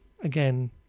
again